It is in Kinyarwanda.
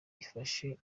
ifashe